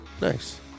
Nice